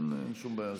אין שום בעיה.